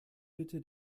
bitte